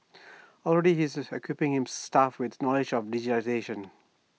already he is equipping his staff with knowledge of digitisation